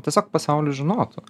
tiesiog pasaulis žinotų